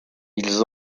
ils